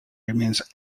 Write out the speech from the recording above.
remains